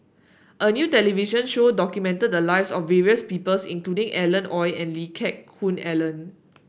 a new television show documented the lives of various people including Alan Oei and Lee Geck Hoon Ellen